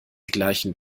gleichen